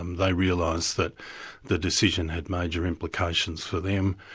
um they realised that the decision had major implications for them,